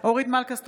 אורית מלכה סטרוק,